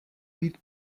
být